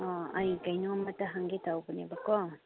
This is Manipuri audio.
ꯑꯩ ꯀꯩꯅꯣꯝꯃꯇ ꯍꯪꯒꯦ ꯇꯧꯕꯅꯦꯕꯀꯣ